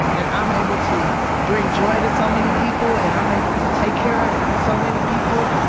and i'm able to bring joy to so many people, and i'm able to take care of so many people,